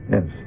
Yes